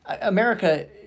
America